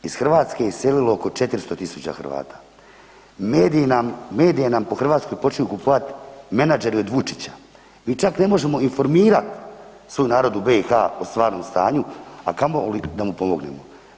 Iz Hrvatske je iselilo oko 400.000 Hrvata, medije nam po Hrvatskoj počinju kupovat menadžeri od Vučića, mi čak ne možemo informirat svoj narod u BiH o stvarnom stanju, a kamoli da mu pomognemo.